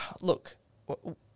look